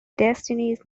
destinies